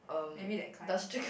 maybe that kind